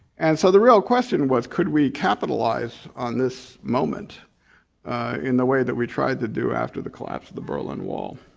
and so the real question was, could we capitalize on this moment in the way that we tried to do after the collapse of the berlin wall.